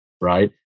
right